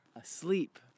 asleep